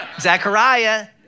Zechariah